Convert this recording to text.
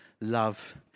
love